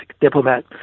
diplomat